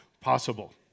possible